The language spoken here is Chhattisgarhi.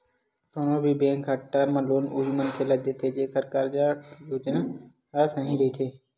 कोनो भी बेंक ह टर्म लोन उही मनखे ल देथे जेखर कारज योजना ह सही रहिथे